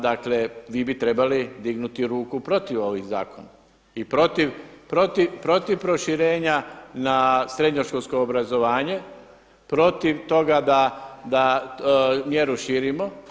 Dakle, vi bi trebali dignuti ruku protiv ovih zakona i protiv proširenja na srednjoškolsko obrazovanje, protiv toga da mjeru širimo.